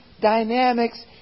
dynamics